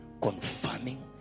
confirming